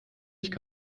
nicht